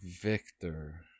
Victor